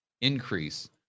increase